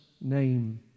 name